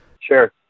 Sure